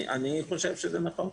אני חושב שזה נכון.